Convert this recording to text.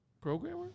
programmer